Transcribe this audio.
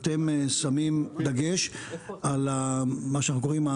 ואתם שמים דגש על מה שאנחנו קוראים,